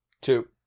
Two